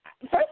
first